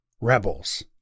rebels